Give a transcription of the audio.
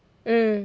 mm